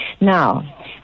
Now